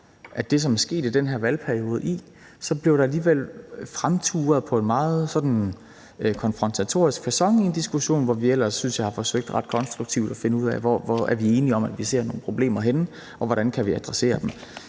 af det, der er sket i den her valgperiode, i – fremturer på en meget konfrontatorisk facon i en diskussion, hvor vi ellers, synes jeg, ret konstruktivt har forsøgt at finde ud af, hvad vi er enige om, hvor vi ser nogle problemer, og hvordan vi kan adressere dem.